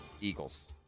Eagles